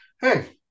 hey